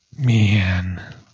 Man